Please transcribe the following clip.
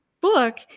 book